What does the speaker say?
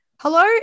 Hello